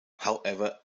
however